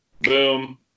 boom